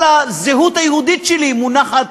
כל הזהות היהודית שלי מונחת